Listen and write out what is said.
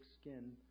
skin